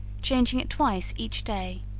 changing it twice each day,